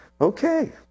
Okay